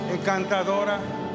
encantadora